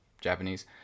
Japanese